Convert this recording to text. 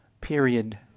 period